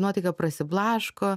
nuotaika prasiblaško